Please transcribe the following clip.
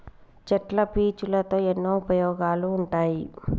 చెట్ల పీచులతో ఎన్నో ఉపయోగాలు ఉంటాయి